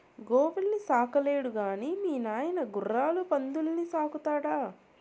గోవుల్ని సాకలేడు గాని మీ నాయన గుర్రాలు పందుల్ని సాకుతాడా